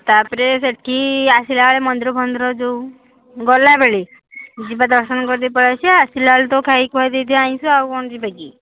ତା'ପରେ ସେଠି ଆସିଲାବେଳେ ମନ୍ଦିର ଫନ୍ଦିର ଯେଉଁ ଗଲାବେଳେ ଯିବା ଦର୍ଶନ କରିଦେଇକି ପଳାଇ ଆସିବା ଆସିଲାବେଳେ ତ ଖାଇ ଖୁଆ ଦେଇଥିବା ଆଇଁଷ ଆଉ କ'ଣ ଯିବା କି